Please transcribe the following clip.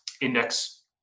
index